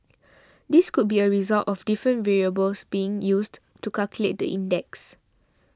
this could be a result of different variables being used to calculate the index